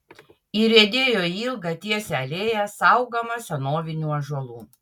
įriedėjo į ilgą tiesią alėją saugomą senovinių ąžuolų